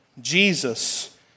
Jesus